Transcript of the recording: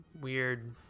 weird